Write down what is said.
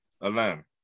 Atlanta